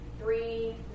three